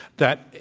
that,